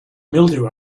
mildew